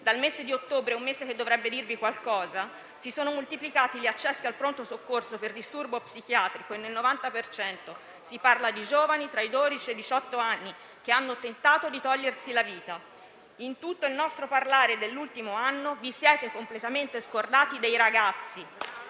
dal mese di ottobre - un mese che dovrebbe dirvi qualcosa - si sono moltiplicati gli accessi al pronto soccorso per disturbo psichiatrico e nel 90 per cento si parla di giovani tra i dodici e i diciotto anni che hanno tentato di togliersi la vita. In tutto il nostro parlare dell'ultimo anno vi siete completamente scordati dei ragazzi.